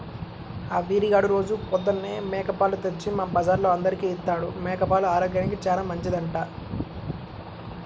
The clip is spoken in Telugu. ఆ వీరిగాడు రోజూ పొద్దన్నే మేక పాలు తెచ్చి మా బజార్లో అందరికీ ఇత్తాడు, మేక పాలు ఆరోగ్యానికి చానా మంచిదంట